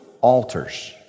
altars